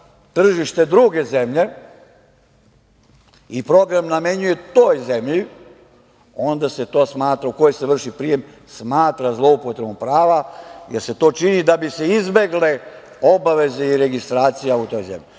tržište druge zemlje i program namenjuje toj zemlji u kojoj se vrši prijem, onda se to smatra zloupotrebom prava, jer se to čini da bi se izbegle obaveze i registracija u toj zemlji.U